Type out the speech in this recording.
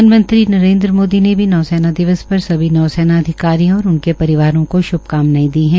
प्रधानमंत्री नरेन्द्र मोदी ने भी नौसेना दिवस पर सभी नौसेना अधिकारियों और उनके परिवारों को श्भकामनाएं दी है